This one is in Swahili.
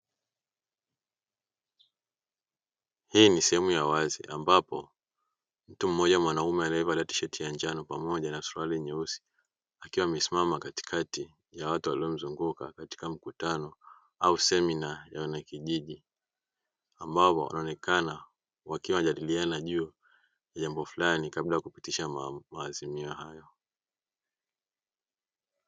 Hii ni sehemu ya wazi ambapo mtu mmoja mwanaume anayevalia tisheti ya njano pamoja na suruali nyeusi akiwa amesimama katikati ya watu waliomzunguka katika mkutano, au semina ya wanakijiji ambao wanaonekana wakiwa wanajadiliana juu ya jambo fulani kabla ya kupitisha maazimio hayo.